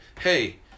hey